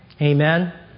Amen